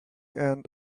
end